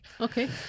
Okay